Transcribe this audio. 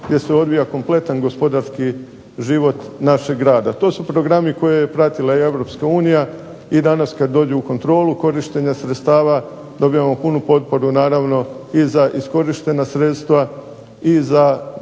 gdje se odvija kompletan gospodarski život našeg grada. To su programi koje je pratila i Europska unija, i danas kad dođe u kontrolu korištenja sredstava dobivamo punu potporu naravno i za iskorištena sredstva, i za